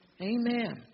Amen